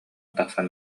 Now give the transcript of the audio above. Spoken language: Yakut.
тахсан